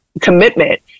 commitment